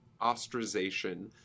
ostracization